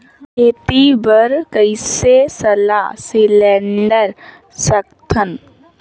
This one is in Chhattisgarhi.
खेती बर कइसे सलाह सिलेंडर सकथन?